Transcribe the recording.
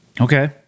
Okay